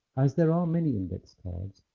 as there are many index cards,